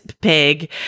pig